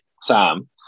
Sam